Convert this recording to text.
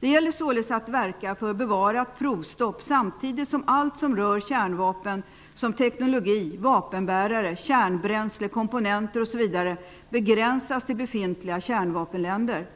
Det gäller således att verka för bevarat provstopp samtidigt som allt som rör kärnvapen som teknologi, vapenbärare, kärnbränsle, komponenter osv. begränsas till befintliga kärnvapenländer.